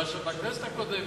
בכנסת הקודמת,